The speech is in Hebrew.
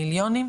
למיליונים,